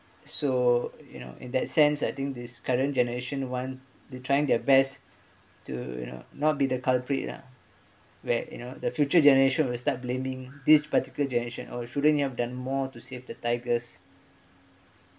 so you know in that sense I think this current generation [one] they trying their best to you know not be the culprit lah where you know the future generation will start blaming this particular generation or shouldn't you have done more to save the tigers